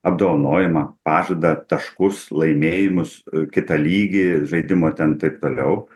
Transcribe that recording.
apdovanojimą pažadą taškus laimėjimus kitą lygį žaidimo ten taip toliau